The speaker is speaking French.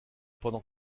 pendant